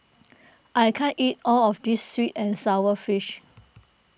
I can't eat all of this Sweet and Sour Fish